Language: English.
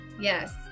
Yes